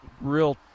real